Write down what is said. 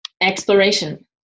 exploration